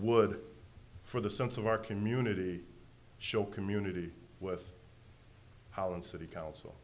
wood for the sense of our community show community with island city council